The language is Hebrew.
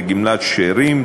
לגמלת שאירים,